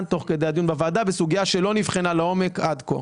תוך כדי הדיון בוועדה בסוגיה שלא נבחנה לעומק עד כה.